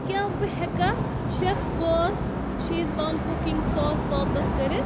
کیٛاہ بہٕٕ ہیٚکا شٮ۪ف بوس شیٖٖزوان کُکِنٛگ سوس واپس کٔرِتھ؟